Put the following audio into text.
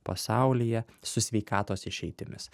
pasaulyje su sveikatos išeitimis